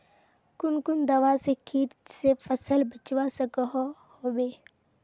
कुन कुन दवा से किट से फसल बचवा सकोहो होबे?